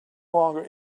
longer